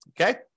Okay